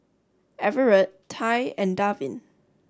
Everet Tye and Darvin